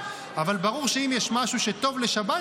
אבל ברור שאם יש משהו שטוב לשבת,